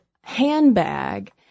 handbag